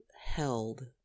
held